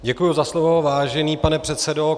Děkuju za slovo, vážený pane předsedo.